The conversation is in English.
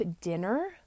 dinner